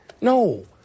No